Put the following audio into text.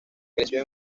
creció